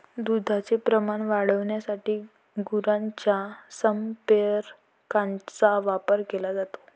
दुधाचे प्रमाण वाढविण्यासाठी गुरांच्या संप्रेरकांचा वापर केला जातो